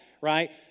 right